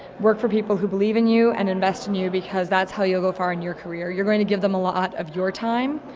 work for people who believe in you and invest in you because that's how you'll go far in your career. you're going to give them a lot of your time,